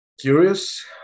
curious